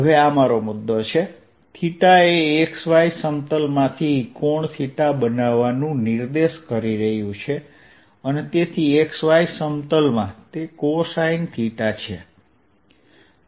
હવે આ મારો મુદ્દો છે એ x y સમતલમાંથી કોણબનાવવાનું નિર્દેશ કરી રહ્યું છે અને તેથી x y સમતલમાં તે cosineછે